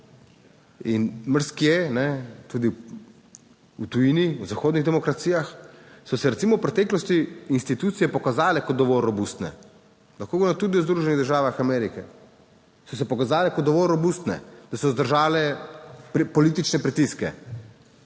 In marsikje, tudi v tujini, v zahodnih demokracijah so se, recimo, v preteklosti institucije pokazale kot dovolj robustne - lahko govorimo tudi o Združenih državah Amerike -, so se pokazale kot dovolj robustne, da so zdržale politične pritiske.